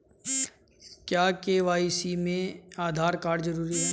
क्या के.वाई.सी में आधार कार्ड जरूरी है?